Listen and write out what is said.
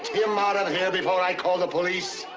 him out of here before i call the police.